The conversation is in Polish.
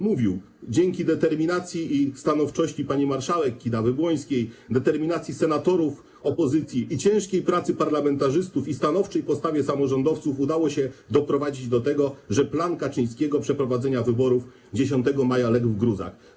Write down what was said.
Mówił: Dzięki determinacji i stanowczości pani marszałek Kidawy-Błońskiej, determinacji senatorów opozycji i ciężkiej pracy parlamentarzystów, i stanowczej postawie samorządowców udało się doprowadzić do tego, że plan Kaczyńskiego przeprowadzenia wyborów 10 maja legł w gruzach.